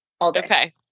Okay